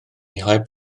heb